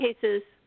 cases